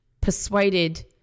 persuaded